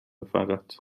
فقط